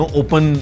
open